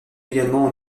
également